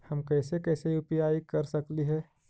हम कैसे कैसे यु.पी.आई कर सकली हे?